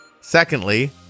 Secondly